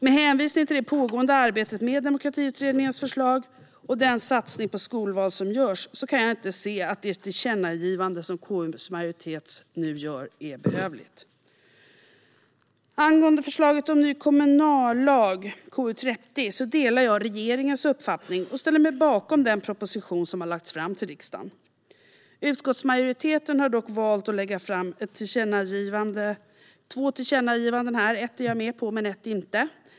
Med hänvisning till det pågående arbetet med Demokratiutredningens förslag och den satsning på skolval som görs kan jag inte se att det tillkännagivande KU:s majoritet nu gör är behövligt. Angående förslaget om en ny kommunallag, betänkande KU30, delar jag regeringens uppfattning och ställer mig bakom den proposition som har lagts fram till riksdagen. Utskottsmajoriteten har dock valt att lägga fram två tillkännagivanden här. Ett är jag med på och ett inte.